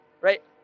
Right